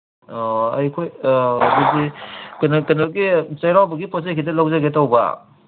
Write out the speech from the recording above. ꯑꯣ ꯑꯩꯈꯣꯏ ꯑꯩꯈꯣꯏꯒꯤ ꯀꯩꯅꯣꯒꯤ ꯆꯩꯔꯥꯎꯕꯒꯤ ꯄꯣꯠ ꯆꯩ ꯈꯤꯇ ꯂꯧꯖꯒꯦ ꯇꯧꯕ